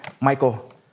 Michael